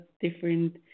different